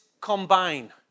combine